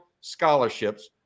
scholarships